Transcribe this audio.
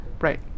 Right